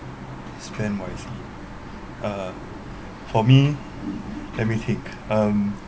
spend wisely uh for me let me think um